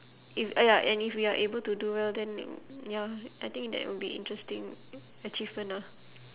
if uh ya and if we are able to do well then ya I think that would be interesting achievement ah